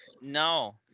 no